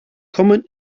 kommen